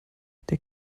der